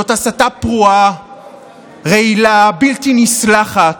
זאת הסתה פרועה, רעילה, בלתי נסלחת,